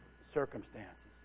circumstances